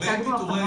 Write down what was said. לגבי פיטורי